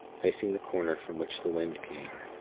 facing the corner from which the wind came.